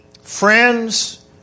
friends